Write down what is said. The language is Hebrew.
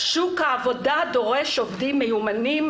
שוק העבודה דורש עובדים מיומנים,